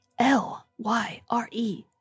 L-Y-R-E